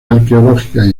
arqueológicas